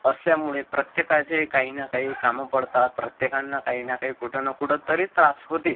असल्यामुळे प्रत्येकाचे काही ना काही कामं पडतात प्रत्येकांना काही ना काही कुठं ना कुठंतरी त्रास होते